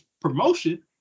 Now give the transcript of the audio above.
promotion